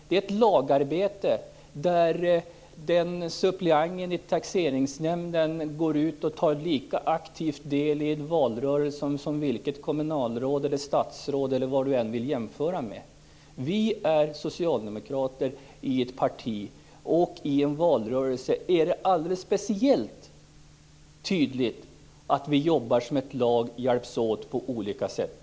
Det är fråga om ett lagarbete, där suppleanten i taxeringsnämnden lika aktivt deltar i valrörelsen som ett kommunalråd, ett statsråd eller vem man än vill jämföra med. För oss socialdemokrater är det i en valrörelse alldeles speciellt tydligt att vi jobbar som ett lag och hjälps åt på olika sätt.